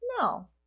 No